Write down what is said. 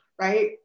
right